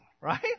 right